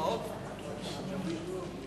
1 4 נתקבלו.